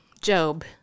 job